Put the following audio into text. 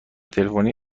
تلفنی